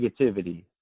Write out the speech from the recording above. negativity